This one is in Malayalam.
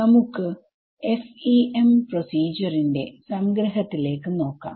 നമുക്ക് FEM പ്രൊസീജ്വർ ന്റെ സംഗ്രഹത്തിലേക്ക് നോക്കാം